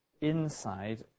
inside